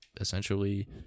essentially